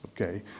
okay